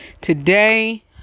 today